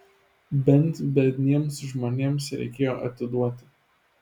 bent biedniems žmonėms reikėjo atiduoti